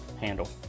Handle